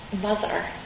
mother